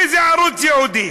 איזה ערוץ ייעודי?